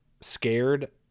scared